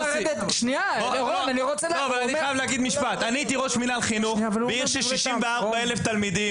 אני הייתי ראש מינהל חינוך ויש לי 53 אלף תלמידים